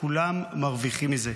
כולם מרוויחים מזה.